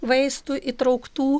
vaistų įtrauktų